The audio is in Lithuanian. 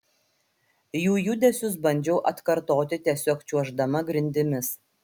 jų judesius bandžiau atkartoti tiesiog čiuoždama grindimis